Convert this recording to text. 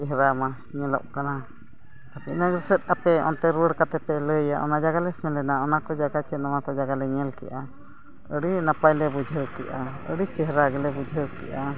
ᱪᱮᱦᱨᱟᱢᱟ ᱧᱮᱞᱚᱜ ᱠᱟᱱᱟ ᱟᱯᱮ ᱟᱯᱮ ᱚᱱᱛᱮ ᱨᱩᱣᱟᱹᱲ ᱠᱟᱛᱮᱯᱮ ᱞᱟᱹᱭᱟ ᱟᱞᱮ ᱚᱱᱟ ᱡᱟᱭᱜᱟ ᱞᱮ ᱥᱮᱱ ᱚᱱᱟ ᱠᱚ ᱡᱟᱭᱜᱟ ᱪᱮ ᱱᱚᱣᱟ ᱠᱚ ᱡᱟᱭᱜᱟ ᱞᱮ ᱧᱮᱞ ᱠᱮᱫᱟ ᱟᱹᱰᱤ ᱱᱟᱯᱟᱭᱞᱮ ᱵᱩᱡᱷᱟᱹᱣ ᱠᱮᱜᱼᱟ ᱟᱹᱰᱤ ᱪᱮᱦᱨᱟ ᱜᱮᱞᱮ ᱵᱩᱡᱷᱟᱹᱣ ᱠᱮᱜᱼᱟ